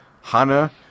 Hana